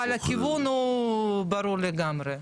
אבל הכיוון הוא ברור לגמרי.